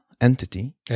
entity